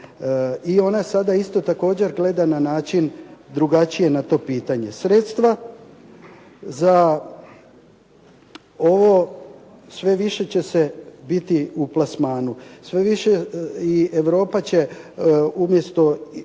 I ona sada isto također gleda na način drugačije na to pitanje. Sredstva za ovo sve više će se biti u plasmanu. Sve više i Europa će umjesto